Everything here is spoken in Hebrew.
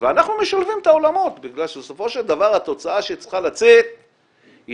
ואנחנו משלבים את העולמות בגלל שהתוצאה שצריכה לצאת היא